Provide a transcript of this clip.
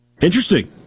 Interesting